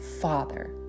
Father